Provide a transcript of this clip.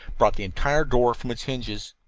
brought the entire door from its hinges.